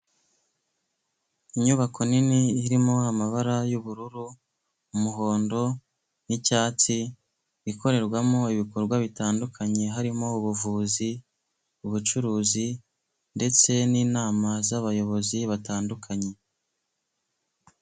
Inyubako nini irimo amabara y'ubururu, umuhondo n'icyatsi ikorerwamo ibikorwa bitandukanye, harimo ubuvuzi, ubucuruzi ndetse n'inama z'abayobozi batandukanye.